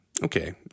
Okay